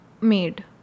made